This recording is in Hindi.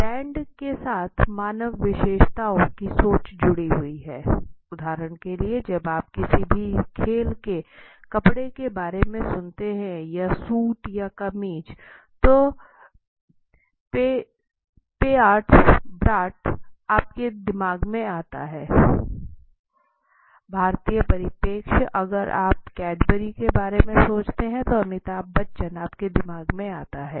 ब्रांड के साथ मानव विशेषताओं की सोच जुड़ी हुई है उदाहरण के लिए जब आप किसी भी खेल के कपड़े के बारे में सुनते हैं या सूट या कमीज तो पेआर्स ब्रॉटन आपके दिमाग में आता भारतीय परिप्रेक्ष्य अगर आप कैडबरी के बारे में सोचते हैं तो अमिताभ बच्चन आपके दिमाग में आता हैं